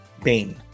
pain